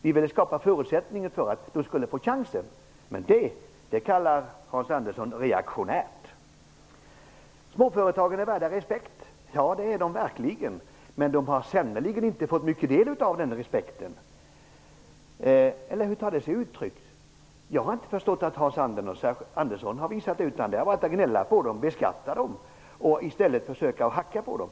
Vi ville skapa förutsättningen för att de skulle få chansen, men det kallar Hans Andersson reaktionärt. Hans Andersson säger att småföretagen är värda respekt. Ja, det är de verkligen. Men de har sannerligen inte fått mycket del av den respekten. Hur tar den sig uttryck? Jag har inte förstått att Hans Andersson har visat respekt. Han har i stället gnällt på dem, velat beskatta dem och försökt hacka på dem.